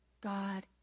God